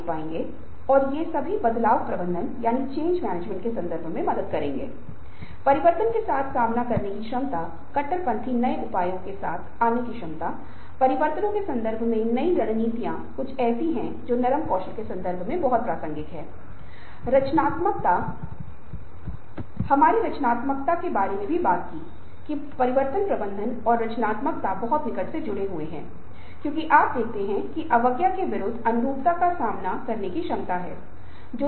इसलिए व्यक्तिगत रूप से बाहरी संबंधित नौकरी से संबंधित बाहरी कारक सहकर्मियों के साथ संबंध अधीनस्थों और संबंध वरिष्ठों के साथ संबंध हैं और कुछ निश्चित आवश्यकताएं हैं जिन्हें आंतरिक कहा जाता है जिसका अर्थ है जब व्यक्ति नौकरी कर रहा है अगर व्यक्ति को लग रहा है कि वह बढ़ता जा रहा है उपलब्धि की भावना है उन्नति की भावना है और नौकरी रोमांचक है और व्यक्ति के लिए चुनौतीपूर्ण है जिसे आंतरिक आवश्यकताएं कहा जाता है और मुख्य विषय यह है कि आंतरिक आवश्यकताएं बाहरी जरूरतों की तुलना में व्यवहार के प्रेरक हैं और यह लंबे समय से 1960 के आसपास नौ में था कि यह सिद्धांत अस्तित्व में आया और 2 कारक मॉडल को स्वीकार किया गया